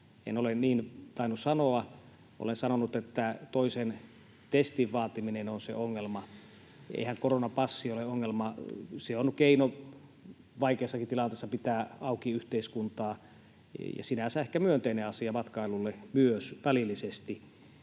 En ole niin tainnut sanoa. Olen sanonut, että toisen testin vaatiminen on se ongelma. Eihän koronapassi ole ongelma. Se on keino vaikeassakin tilanteessa pitää auki yhteiskuntaa ja sinänsä ehkä myönteinen asia matkailulle myös välillisesti.